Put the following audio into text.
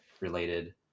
related